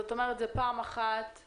זאת אומרת שפעם אחת הוא